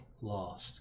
lost